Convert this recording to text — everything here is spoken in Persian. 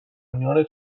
میان